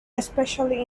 especially